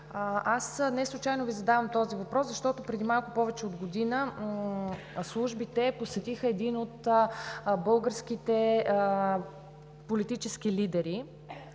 Аз неслучайно Ви задавам този въпрос, защото преди малко повече от година службите посетиха един от българските политически лидери